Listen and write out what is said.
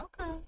Okay